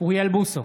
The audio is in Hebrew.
אוריאל בוסו,